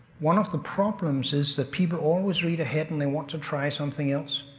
one of the problems is that people always read ahead and they want to try something else.